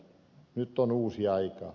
nyt on uusi aika